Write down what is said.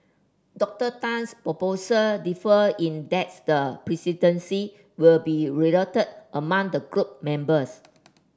Doctor Tan's proposal differed in that's the presidency will be rotated among the group members